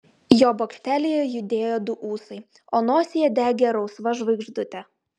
jo bokštelyje judėjo du ūsai o nosyje degė rausva žvaigždutė